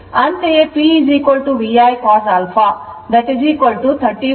ಅಂತೆಯೇ P VI cos alpha 31 35 0